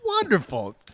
wonderful